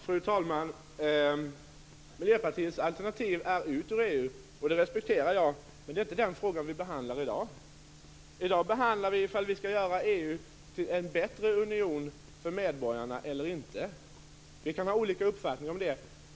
Fru talman! Miljöpartiets alternativ är att Sverige skall ut ur EU. Det respekterar jag. Men det är inte den frågan som vi i dag behandlar. I dag diskuterar vi om vi skall göra EU till en bättre union för medborgarna eller inte. Vi kan ha olika uppfattningar om det.